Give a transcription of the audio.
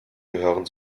gehören